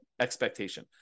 expectation